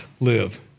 live